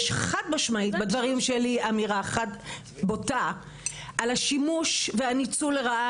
יש חד משמעית בדברים שלי אמירה אחת בוטה על השימוש והניצול לרעה